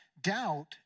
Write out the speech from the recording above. Doubt